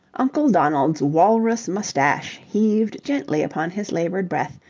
uncle donald's walrus moustache heaved gently upon his laboured breath,